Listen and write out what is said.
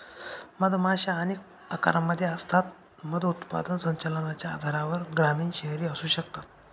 मधमाशा अनेक आकारांमध्ये असतात, मध उत्पादन संचलनाच्या आधारावर ग्रामीण, शहरी असू शकतात